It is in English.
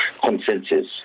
consensus